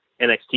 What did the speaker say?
NXT